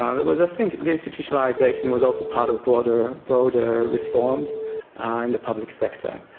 ah there was i think the institutionalisation was also part of broader broader reforms in the public sector